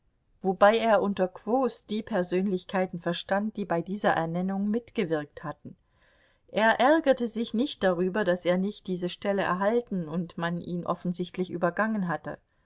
wobei er unter quos die persönlichkeiten verstand die bei dieser ernennung mitgewirkt hatten er ärgerte sich nicht darüber daß er nicht diese stelle erhalten und man ihn offensichtlich übergangen hatte